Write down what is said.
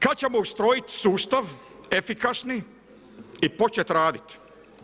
Kada ćemo ustrojiti sustav efikasni i počet raditi?